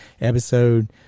episode